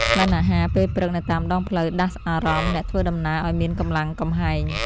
ក្លិនអាហារពេលព្រឹកនៅតាមដងផ្លូវ ដាស់អារម្មណ៍អ្នកធ្វើដំណើរឱ្យមានកម្លាំងកំហែង។